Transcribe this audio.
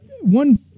one